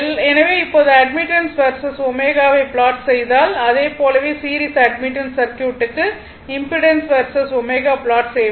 எனவே இப்போது admittance versus ω வை ப்லாட் செய்தால் அதைப்போலவே சீரிஸ் அட்மிட்டன்ஸ் சர்க்யூட்டுக்கு இம்பிடேன்ஸ் வெர்சஸ் ω ப்லாட் செய்ய வேண்டும்